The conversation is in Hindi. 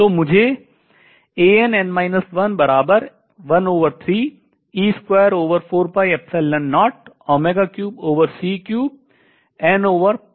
तो मुझे मिलता है